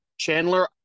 Chandler